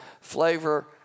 flavor